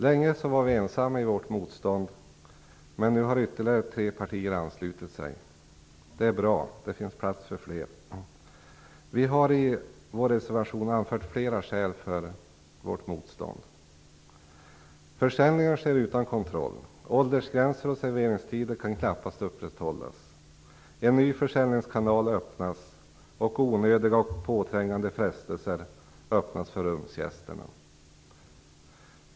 Vi var länge ensamma i vårt motstånd, men nu har ytterligare tre partier anslutit sig. Det är bra. Det finns plats för fler. Vi har i vår reservation anfört flera skäl för vårt motstånd. Försäljningen sker utan kontroll. Åldersgränser och serveringstider kan knappast upprätthållas. En ny försäljningskanal öppnas, och det blir onödiga och påträngande frestelser för rumsgästerna.